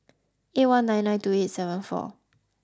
eight one nine nine two eight seven four